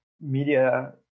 media